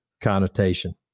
connotation